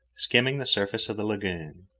skimming the surface of the lagoon.